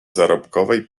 zarobkowej